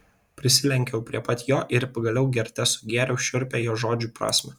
prisilenkiau prie pat jo ir pagaliau gerte sugėriau šiurpią jo žodžių prasmę